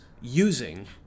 using